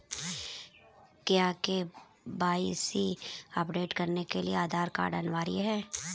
क्या KYC update करने के लिए आधार कार्ड अनिवार्य है?